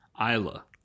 Isla